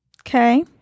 Okay